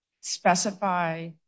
specify